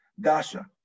Dasha